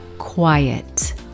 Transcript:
quiet